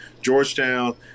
georgetown